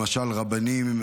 למשל רבנים,